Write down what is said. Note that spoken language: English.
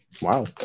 wow